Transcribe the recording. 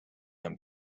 them